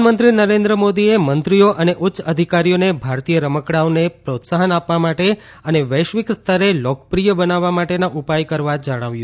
પ્રધાનમંત્રી નરેન્દ્ર મોદીએ મંત્રીઓ અને ઉચ્યઅધિકારીઓને ભારતીય રમકડાંઓને પ્રીત્સાફન આપવા માટે અને વૈશ્વિક સ્તરે લોકપ્રિય બનાવવા માટેના ઉપાય કરવા કહ્યું